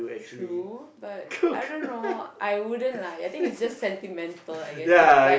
true but I don't know I wouldn't lah I guess it's sentimental I guess it's like